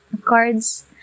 cards